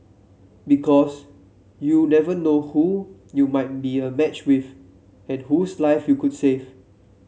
because you never know who you might be a match with and whose life you could save